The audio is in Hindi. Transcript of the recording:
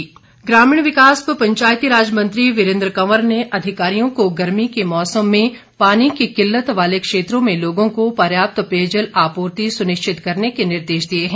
वीरेंद्र कंवर ग्रामीण विकास व पंचायती राज मंत्री वीरेंद्र कंवर ने अधिकारियों को गर्मी के मौसम में पानी की किल्लत वाले क्षेत्रों में लोगों को पर्याप्त पेयजल आपूर्ति सुनिश्चित करने के निर्देश दिए हैं